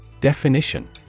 Definition